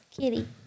Kitty